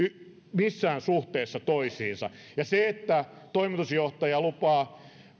missään suhteessa toisiinsa ja se että toimitusjohtaja lupaa